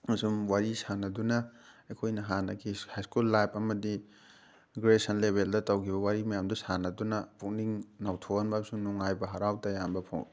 ꯑꯃꯁꯨꯡ ꯋꯥꯔꯤ ꯁꯥꯟꯅꯗꯨꯅ ꯑꯩꯈꯣꯏꯅ ꯍꯥꯟꯅꯒꯤ ꯍꯥꯏꯁꯀꯨꯜ ꯂꯥꯏꯞ ꯑꯃꯗꯤ ꯒ꯭ꯔꯦꯖꯨꯋꯦꯁꯟ ꯂꯦꯚꯦꯜꯗ ꯇꯧꯈꯤꯕ ꯋꯥꯔꯤ ꯃꯌꯥꯝꯗꯣ ꯁꯥꯟꯅꯗꯨꯅ ꯄꯨꯛꯅꯤꯡ ꯅꯧꯊꯣꯛꯍꯟꯕ ꯑꯃꯁꯨꯡ ꯅꯨꯡꯉꯥꯏꯕ ꯍꯔꯥꯎ ꯇꯌꯥꯝꯕ ꯐꯣꯡ